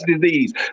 disease